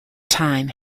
time